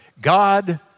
God